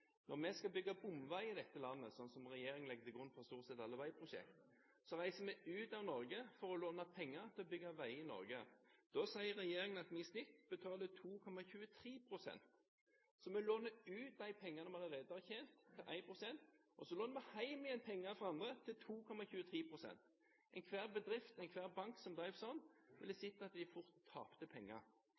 Når vi skal bygge bomvei i dette landet – som regjeringen legger til grunn for stort sett alle veiprosjekt – reiser vi ut av Norge for å låne penger. Da sier regjeringen at vi i snitt betaler 2,23 pst. rente. Så vi låner ut de pengene vi allerede har tjent, til 1 pst. rente, og så låner vi hjem igjen pengene fra andre til 2,23 pst. rente. Enhver bedrift, enhver bank som driver sånn, vil se at de fort tapte penger.